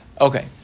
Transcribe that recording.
Okay